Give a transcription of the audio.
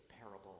parable